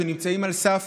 שנמצאים על סף